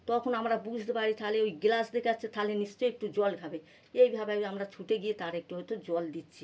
তখন আমরা বুঝতে পারি তাহলে ওই গ্লাস দেখাচ্ছে তাহলে নিশ্চই একটু জল খাবে এইভাবেই আমরা ছুটে গিয়ে তারে একটু হয়তো জল দিচ্ছি